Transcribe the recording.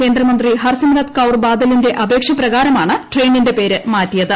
കേന്ദ്രമന്ത്രി ഹർസിമ്രത് കൌർ ബാദലിന്റെ അപേക്ഷപ്രകാരമാണ് ട്രെയിനിന്റെ പേര് മാറ്റിയത്